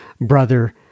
brother